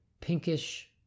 pinkish